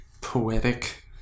poetic